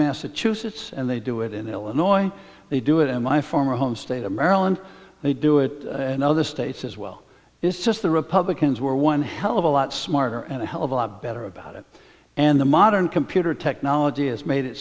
massachusetts and they do it in illinois they do it in my former home state of maryland they do it in other states as well it's just the republicans were one hell of a lot smarter and a hell of a lot better about it and the modern computer technology has made it